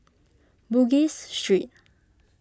Bugis Street